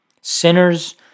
Sinners